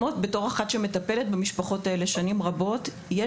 בתור אחת שמטפלת במשפחות האלו שנים רבות אני